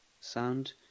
sound